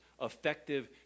effective